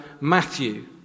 Matthew